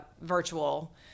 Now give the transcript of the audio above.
virtual